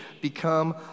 become